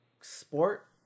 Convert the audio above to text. sport